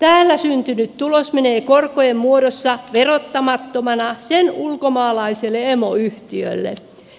täällä syntynyt tulos menee korkojen muodossa verottamattomana ulkomaalaiselle emoyhtiölle